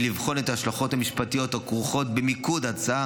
לבחון את ההשלכות המשפטיות הכרוכות במיקוד ההצעה